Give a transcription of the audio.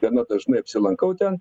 gana dažnai apsilankau ten